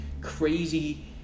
crazy